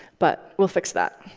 but we'll fix that.